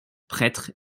prêtre